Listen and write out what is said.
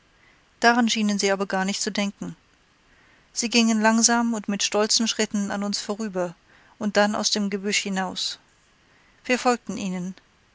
daran schienen sie aber gar nicht zu denken sie gingen langsam und mit stolzen schritten an uns vorüber und dann aus dem gebüsch hinaus wir folgten ihnen